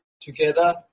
together